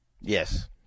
Yes